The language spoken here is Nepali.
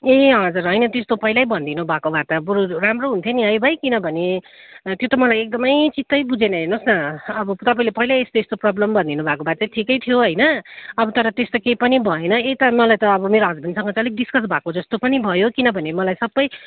ए हजुर होइन त्यस्तो पल्हियै भनिदिनु भएको भए त बरू राम्रो हुन्थ्यो नि है भाइ किनभने त्यो त मलाई एकदमै चित्तै बुझेन हेर्नुहोस् न अब तपाईँले पहिल्यै यस्तो यस्तो प्रोब्लम भनिदिनु भएको भए चाहिँ ठिकै थियो होइन अब तर त्यस्तो के पनि भएन यता मलाई त अब मेरो हस्बेन्डसँग चाहिँ अलिक डिस्कस भएको जस्तो पनि भयो किनभने मलाई सबै